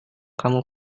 kamu